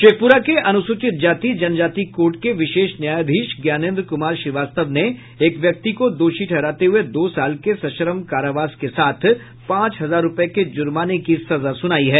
शेखपुरा के अनुसूचित जाति जनजाति कोर्ट के विशेष न्यायाधीश ज्ञानेन्द्र कुमार श्रीवास्तव ने एक व्यक्ति को दोषी ठहराते हुए दो साल के सश्रम कारावास के साथ पांच हजार रूपये के जुर्माने की सजा सुनायी है